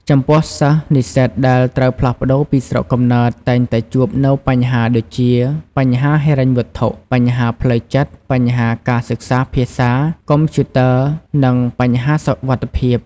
ចំំពោះសិស្សនិស្សិតដែលត្រូវផ្លាស់ផ្តូរពីស្រុកកំណើតតែងតែជួបនួវបញ្ហាដូចជា បញ្ហាហិរញ្ញវត្ថុ បញ្ហាផ្លូវចិត្ត បញ្ហាការសិក្សាភាសា កំព្យូទ័រ និងបញ្ហាសុវត្តិភាព។